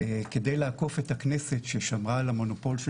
כדי לעקוף את הכנסת ששמרה על המונופול של